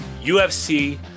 UFC